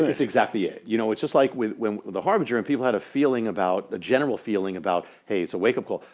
it's exactly it. you know it's just like with with the harbinger and people had a feeling a general feeling about, hey, it's a wake up call.